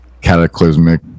cataclysmic